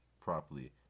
properly